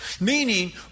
Meaning